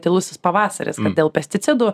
tylusis pavasaris dėl pesticidų